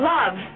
Love